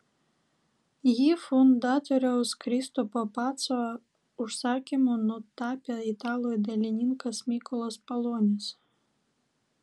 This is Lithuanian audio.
jį fundatoriaus kristupo paco užsakymu nutapė italų dailininkas mykolas palonis